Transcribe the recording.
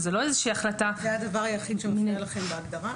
זה הדבר היחיד שמפריע לכם בהגדרה?